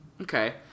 Okay